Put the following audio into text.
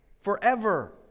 forever